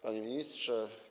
Panie Ministrze!